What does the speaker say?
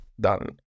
done